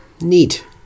Neat